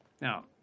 Now